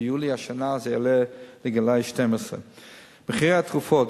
ביולי השנה זה יעלה לגילאי 12. מחירי התרופות,